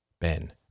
Ben